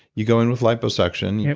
you go in with liposuction, yeah